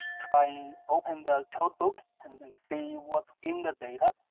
try open the codebook and and see what's in the data.